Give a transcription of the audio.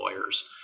lawyers